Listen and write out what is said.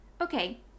Okay